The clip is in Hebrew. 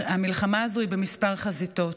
המלחמה הזו היא בכמה חזיתות.